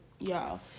y'all